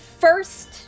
first